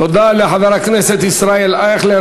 תודה לחבר הכנסת ישראל אייכלר.